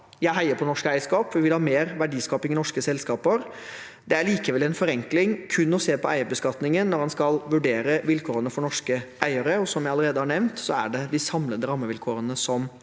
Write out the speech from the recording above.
jeg heier på norsk eierskap. Vi vil ha mer verdiskaping i norske selskaper. Det er likevel en forenkling kun å se på eierbeskatningen når en skal vurdere vilkårene for norske eiere. Som jeg allerede har nevnt, er det de samlede rammevilkårene som